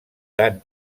tant